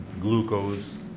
glucose